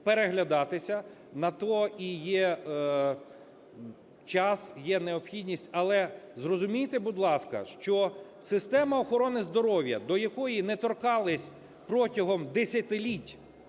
переглядатися, на те і є час, є необхідність, але зрозумійте, будь ласка, що система охорони здоров'я, до якої не торкались протягом десятиліть,